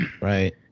Right